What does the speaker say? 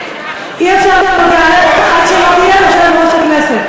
יש תקנות, והודעתו היא על-פי התקנות.